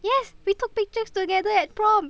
yes we took pictures together at prom